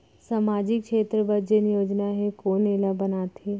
सामाजिक क्षेत्र बर जेन योजना हे कोन एला बनाथे?